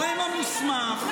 תתבייש, תתבייש לך.